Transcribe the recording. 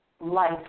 life